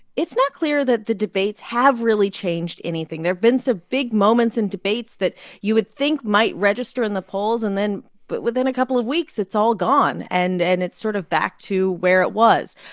it's not clear that the debates have really changed anything. there've been some big moments in debates that you would think might register in the polls and then but within a couple of weeks, it's all gone. and and it's sort of back to where it was.